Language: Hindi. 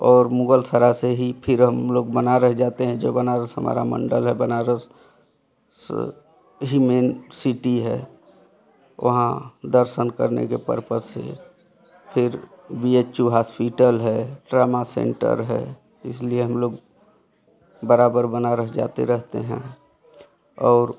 और मुगलसराय से ही फिर हम लोग बनारस जाते हैं जो बनारस हमारा मण्डल है बनारस से ही मेन सिटी है वहाँ दर्शन करके के पर्पस से फिर बी एच यू हॉस्पिटल है ट्रॉमा सेंटर है इसलिए हम लोग बराबर बनारस जाते रहते हैं और